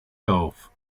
dorf